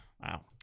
Wow